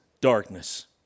darkness